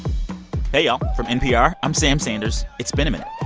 hey, y'all. from npr, i'm sam sanders. it's been a minute.